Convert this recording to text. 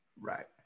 Right